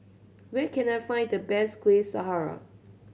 where can I find the best Kuih Syara